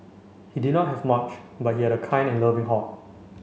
he did not have much but he had a kind and loving heart